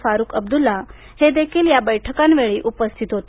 फारुख अब्दुल्ला हे देखील या बैठकांवेळी उपस्थित होते